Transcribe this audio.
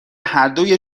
هردو